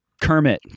kermit